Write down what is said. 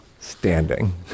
standing